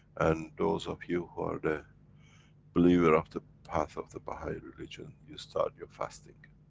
and those of you who are the believer of the path of the baha'i religion, you start your fasting,